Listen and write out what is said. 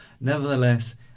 Nevertheless